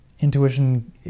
intuition